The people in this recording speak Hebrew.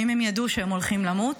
אם הם ידעו שהם הולכים למות,